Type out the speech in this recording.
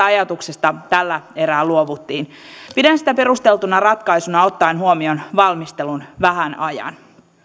ajatuksesta tällä erää luovuttiin pidän sitä perusteltuna ratkaisuna ottaen huomioon valmistelun vähän ajan